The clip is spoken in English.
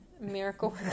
Miracle